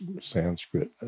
Sanskrit